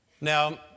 Now